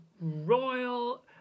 royal